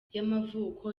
yamavuko